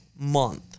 Month